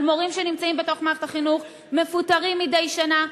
מורים שנמצאים בתוך מערכת החינוך ומפוטרים מדי שנה,